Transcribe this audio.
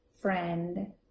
friend